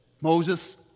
Moses